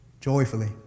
joyfully